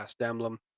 Emblem